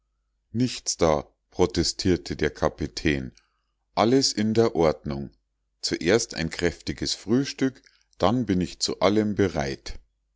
nichts da protestierte der kapitän alles in der ordnung zuerst ein kräftiges frühstück dann bin ich zu allem bereit